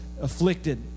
afflicted